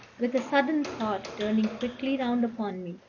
with a sudden thought, turning quickly round upon me,